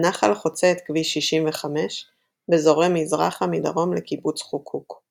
הנחל חוצה את כביש 65 וזורם מזרחה מדרום לקיבוץ חוקוק.